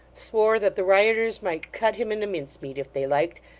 swore that the rioters might cut him into mincemeat if they liked,